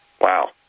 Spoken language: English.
Wow